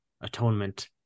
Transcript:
atonement